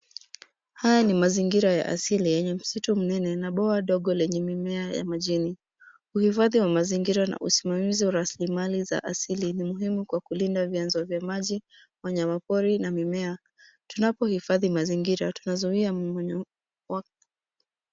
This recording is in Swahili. Haya ni mazingira ya asili yenye msitu mnene na bwawa dogo yenye mimea ya majini. Uhifadhi wa mazingira na usimamizi wa rasilimali za asili ni muhimu kwa kulinda vianzo vya maji, wanyama pori na mimea. Tunapohifadhi mazingira tunazuia mmonyo.